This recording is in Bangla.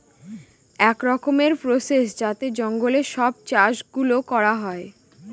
এক রকমের প্রসেস যাতে জঙ্গলে সব চাষ গুলো করা হয়